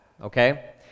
okay